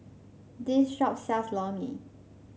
this shop sells Lor Mee